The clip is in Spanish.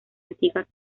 antigua